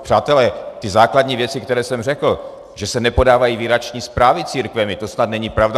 Přátelé, ty základní věci, které jsem řekl, že se nepodávají výroční zprávy církvemi, to snad není pravda?